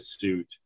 suit